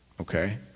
Okay